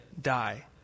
die